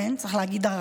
צריך להגיד,